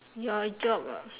your job ah